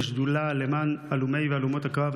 בשדולה למען הלומי והלומות הקרב,